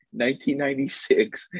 1996